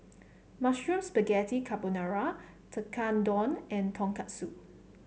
Mushroom Spaghetti Carbonara Tekkadon and Tonkatsu